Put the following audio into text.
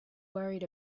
worried